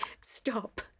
Stop